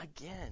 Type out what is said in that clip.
Again